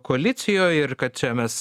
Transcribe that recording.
koalicijoj ir kad čia mes